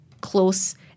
close